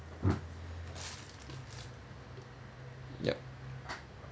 yup